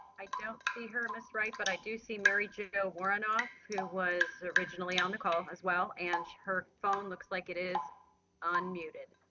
i don't see her, ms. wright, but i do see mary jo jo woronoff who was originally on the call as well and her phone looks like it is unmuted.